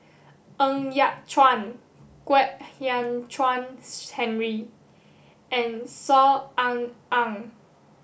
Ng Yat Chuan Kwek Hian Chuan Henry and Saw Ean Ang